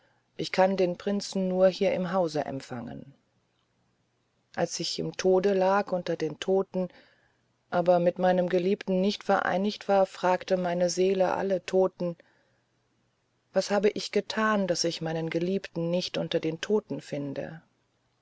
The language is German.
ich kann den prinzen nur hier im hause empfangen als ich im tode lag unter den toten aber mit meinem geliebten nicht vereinigt war fragte meine seele alle toten was habe ich getan daß ich meinen geliebten nicht unter den toten finde